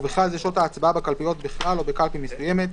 ובכלל זה שעות ההצבעה בקלפיות בכלל או בקלפי מסוימת,